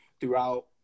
throughout